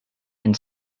and